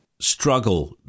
struggle